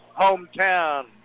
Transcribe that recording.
hometown